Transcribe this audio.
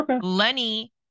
Lenny